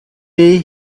day